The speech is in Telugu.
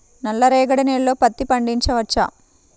నల్ల రేగడి నేలలో పత్తి పండించవచ్చా?